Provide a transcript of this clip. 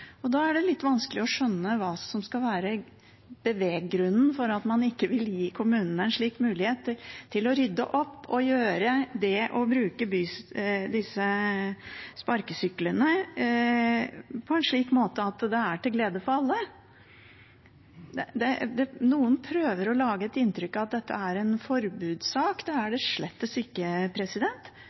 regulere. Da er det litt vanskelig å skjønne hva som skal være beveggrunnen for at man ikke vil gi kommunene en slik mulighet til å rydde opp og gjøre det å bruke disse sparkesyklene på en slik måte at det er til glede for alle. Noen prøver å lage et inntrykk av at dette er en forbudssak. Det er det slettes ikke.